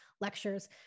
lectures